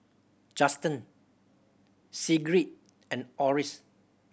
Justen Sigrid and Oris